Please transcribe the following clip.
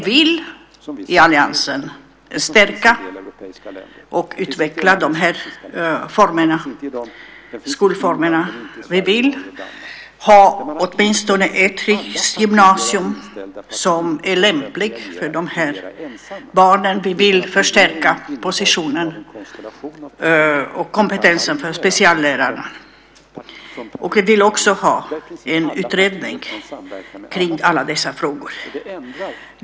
Vi i alliansen vill stärka och utveckla de här skolformerna. Vi vill ha åtminstone ett riksgymnasium som är lämpligt för de här barnen. Vi vill förstärka positionen och kompetensen för speciallärarna, och vi vill också ha en utredning kring alla dessa frågor.